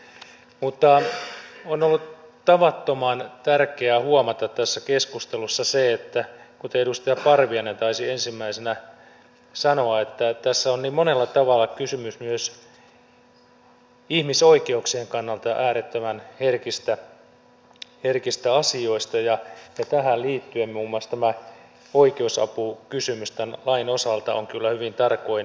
mutta on ollut tavattoman tärkeää huomata tässä keskustelussa se kuten edustaja parviainen taisi ensimmäisenä sanoa että tässä on niin monella tavalla kysymys myös ihmisoikeuksien kannalta äärettömän herkistä asioista ja tähän liittyen muun muassa tämä oikeusapukysymys tämän lain osalta on kyllä hyvin tarkoin huomioitava